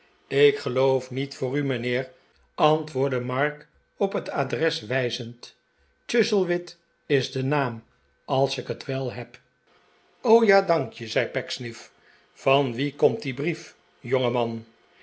ik geloof niet voor u mijnheer antwoordde mark op het adres wijzend chuzzlewit is de naam als ik het wel neb t o ja dank je zei pecksniff van wien komt die brief jongeman